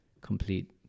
Complete